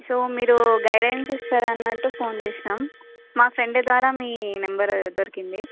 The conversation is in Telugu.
సో మీరు గైడెన్స్ ఇస్తారు అన్నట్టు ఫోన్ చేసినాం మా ఫ్రెండ్ ద్వారా మీ నంబరు దొరికింది